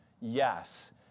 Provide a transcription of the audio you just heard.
yes